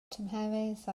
tymheredd